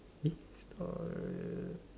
eh story